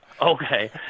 Okay